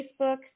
Facebook